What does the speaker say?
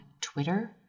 Twitter